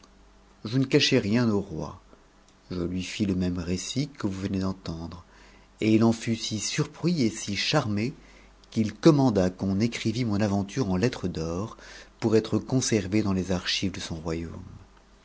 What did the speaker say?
je ne cachai rien au roi je lui s le même récit que vous venez d'entendre et it en fut si surpris et si charmé qu'il commanda qu'on écrivit mon aventure en lettres d'or pour être conservée dans tes archives de son yaume